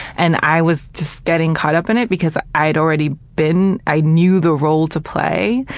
and i was just getting caught up in it because i had already been i knew the role to play,